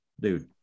dude